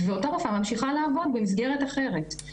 ואותה רופאה ממשיכה לעבוד במסגרת אחרת.